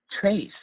trace